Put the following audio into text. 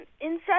inside